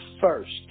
first